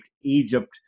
Egypt